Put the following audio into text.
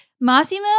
massimo